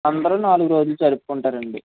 అందరు నాలుగు రోజులు జరుపుకుంటారు అండి